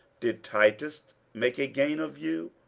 did titus make a gain of you?